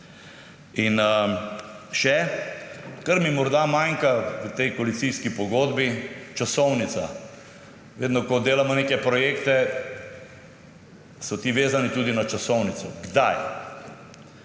In še, kar mi morda manjka v tej koalicijski pogodbi, časovnica. Vedno, ko delamo neke projekte, so ti vezani tudi na časovnico, kdaj.